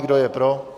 Kdo je pro?